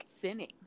sinning